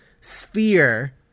sphere